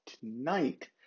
tonight